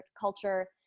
culture